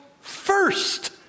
first